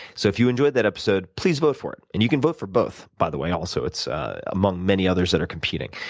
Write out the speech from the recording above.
so if you enjoyed that episode, please vote for it. and you can vote for both, by the way. it's among many others that are competing.